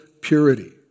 purity